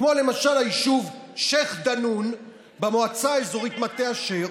כמו למשל היישוב שייח' דנון במועצה האזורית מטה אשר,